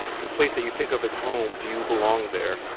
the place that you think of as home, do you belong there?